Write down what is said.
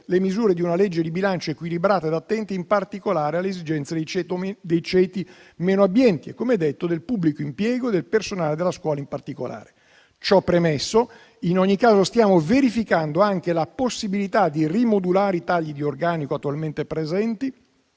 le misure di una legge di bilancio equilibrata ed attenta in particolare alle esigenze dei ceti meno abbienti e, come detto, del pubblico impiego e del personale della scuola in particolare. Ciò premesso, in ogni caso stiamo verificando anche la possibilità di rimodulare i tagli di organico attualmente presenti,